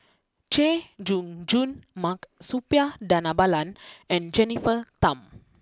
Chay Jung Jun Mark Suppiah Dhanabalan and Jennifer Tham